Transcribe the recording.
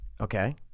Okay